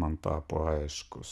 man tapo aiškus